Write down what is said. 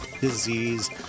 Disease